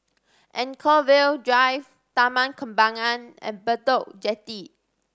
Anchorvale Drive Taman Kembangan and Bedok Jetty